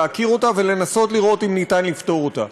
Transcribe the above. להכיר אותה ולנסות לראות אם ניתן לפתור אותה.